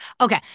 Okay